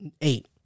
Eight